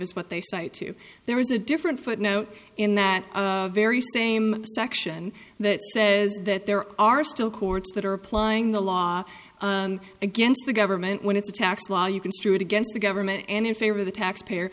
is what they cite too there is a different footnote in that very same section that says that there are still courts that are applying the law against the government when it's a tax law you construe it against the government and in favor of the taxpayer